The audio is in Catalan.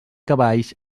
cavalls